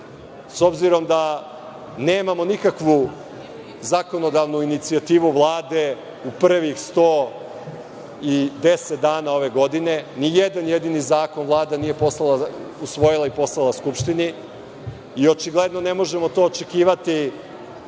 s obzirom da nemamo nikakvu zakonodavnu inicijativu Vlade u prvih 110 dana ove godine, ni jedan jedini zakona Vlada nije usvojila i poslala Skupštini. Očigledno to ne možemo očekivati